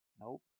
Nope